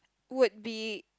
would be